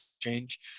change